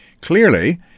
Clearly